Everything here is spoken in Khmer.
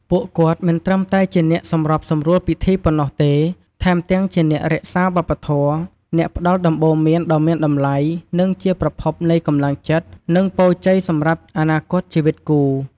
ពួកគាត់មិនត្រឹមតែជាអ្នកសម្របសម្រួលពិធីប៉ុណ្ណោះទេ ថែមទាំងជាអ្នករក្សាវប្បធម៌ អ្នកផ្ដល់ដំបូន្មានដ៏មានតម្លៃ និងជាប្រភពនៃកម្លាំងចិត្ត និងពរជ័យសម្រាប់អនាគតជីវិតគូ។